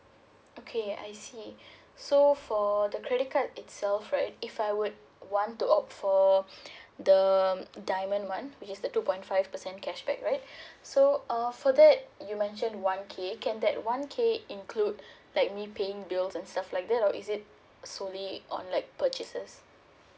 okay I see so for the credit card itself right if I would want to opt for the diamond one which is the two point five percent cashback right so err for that you mentioned one K can that one K include like me paying bills and stuff like that or is it solely on like purchases